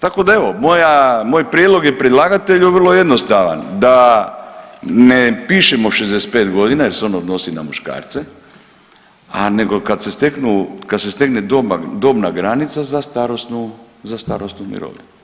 Tako da, evo, moja, moj prijedlog je predlagatelju vrlo jednostavan, da ne pišemo 65 godina jer se ono odnosi na muškarce, a nego kad se stekne dobna granica za starosnu mirovinu.